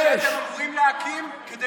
יש לכם ועדה שאתם אמורים להקים כדי